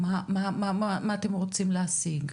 מה אתם רוצים להשיג?